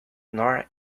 nor